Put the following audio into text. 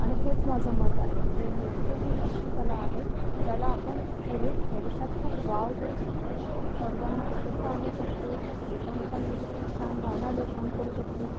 आणि हेच माझं मत आहे की नृत्य ही अशी कला आहे ज्याला आपण पुढे भविष्यात खूप वाव देऊ शकतो सर्वांना एकत्र आणू शकतो एकमेकांविषयी छान भावना निर्माण करू शकतो